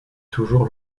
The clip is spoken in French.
toujours